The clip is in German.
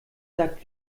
sagt